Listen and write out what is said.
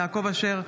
אינו נוכח יעקב אשר,